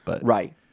Right